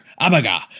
Abaga